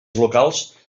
locals